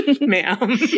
ma'am